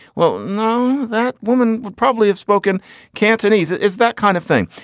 well, now that woman would probably have spoken cantonese is that kind of thing.